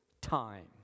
time